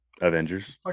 Avengers